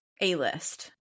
a-list